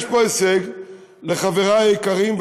יש פה הישג לחברי היקרים,